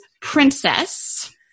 PRINCESS